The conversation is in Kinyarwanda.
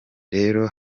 rero